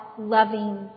loving